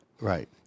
Right